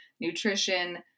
nutrition